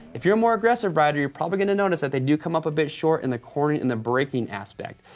if you're a more aggressive rider, you're probably gonna notice that they do come up a bit short in the core and in the breaking aspect.